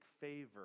favor